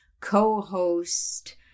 co-host